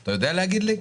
אתה יודע להגיד לי?